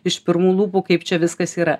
iš pirmų lūpų kaip čia viskas yra